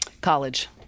College